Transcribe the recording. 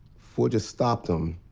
ford just stopped him,